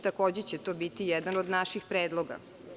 Takođe će to biti jedan od naših predloga.